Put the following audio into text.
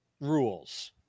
rules